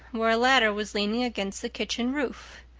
where a ladder was leaning against the kitchen roof.